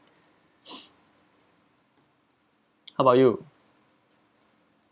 how about you